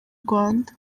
rwanda